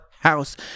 house